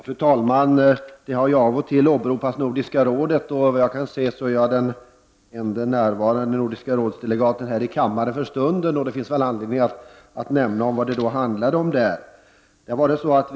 Fru talman! Av och till har Nordiska rådet åberopats. Och såvitt jag kan se är jag den ende närvarande Nordiska råds-delegaten här i kammaren. Det finns därför anledning att tala om, vad som sades vid Nordiska rådet.